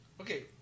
Okay